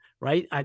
right